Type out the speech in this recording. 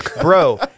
Bro